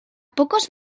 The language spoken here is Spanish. pocos